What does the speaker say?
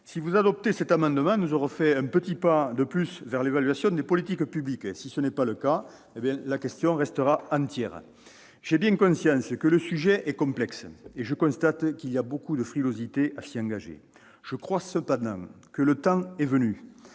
Si nous adoptons cet amendement, nous ferons un petit pas de plus vers l'évaluation des politiques publiques. Dans le cas contraire, la question restera entière. J'ai bien conscience que le sujet est complexe et je constate qu'il suscite beaucoup de frilosité. Je crois cependant que le temps est venu,